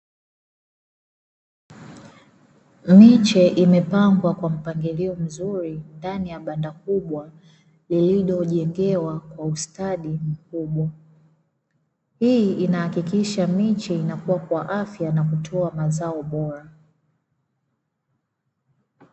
Miche imepangwa kwa mpangilio mzuri ndani ya banda kubwa lililojengewa kwa ustadi mkubwa, hii inahakikisha miche inakua kwa afya na kutoa mazao bora.